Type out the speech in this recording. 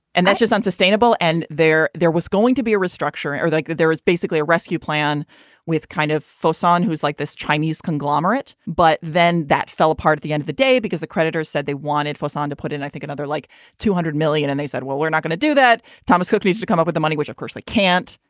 and that's just unsustainable. and there there was going to be a restructuring or like that there was basically a rescue plan with kind of frozen who who's like this chinese conglomerate but then that fell apart at the end of the day because the creditors said they wanted frozen to put in i think another like two hundred million and they said well we're not going to do that. thomas cook needs to come up with the money which of course they like can't.